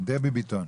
דבי ביטון.